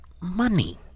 money